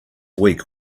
week